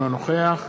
אינו נוכח